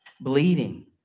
bleeding